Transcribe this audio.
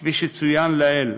כפי שצוין לעיל,